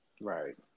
Right